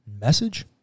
message